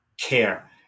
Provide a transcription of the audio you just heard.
care